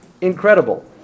incredible